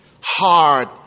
hard